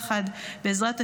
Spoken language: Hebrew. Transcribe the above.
בעזרת השם,